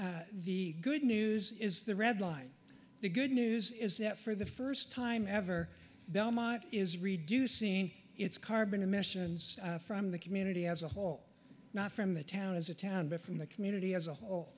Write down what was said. news the good news is the red line the good news is that for the first time ever belmont is reducing its carbon emissions from the community as a whole not from the town as a town but from the community as a whole